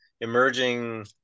emerging